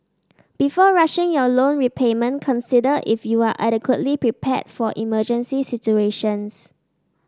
before rushing your loan repayment consider if you are adequately prepared for emergency situations